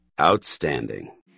Outstanding